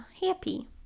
happy